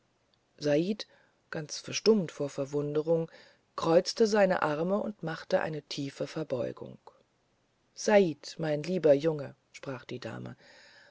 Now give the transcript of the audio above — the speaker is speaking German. said ganz stumm vor verwunderung kreuzte seine arme und machte eine tiefe verbeugung said mein lieber junge sprach die dame